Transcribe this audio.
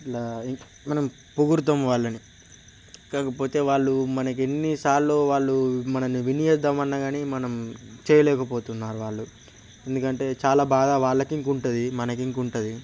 మనం పొగుడుతాం వాళ్ళని కాకపోతే వాళ్లు మనకి ఎన్నిసార్లు వాళ్ళు మనల్ని విన్ చేద్దామన్న కాని మనం చేయలేకపోతున్నారు వాళ్ళు ఎందుకంటే చాలా బాగా వాళ్లకి ఇంకా ఉంటుంది మనకి ఇంకా ఉంటుంది